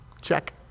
Check